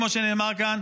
כמו שנאמר כאן,